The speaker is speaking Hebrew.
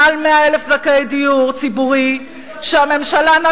מעל 100,000 זכאי דיור ציבורי שהממשלה נתנה להם,